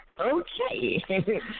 okay